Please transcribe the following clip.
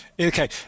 Okay